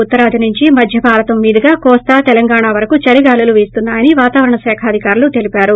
ఉత్తరాది నుంచి మధ్య భారతం మీదుగా కోస్తా తెలంగాణ వరకు చలిగాలులు వీస్తున్నా యని వాతావరణ శాఖ అధికారులు తెలిపారు